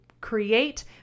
create